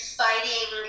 fighting